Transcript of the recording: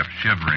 shivering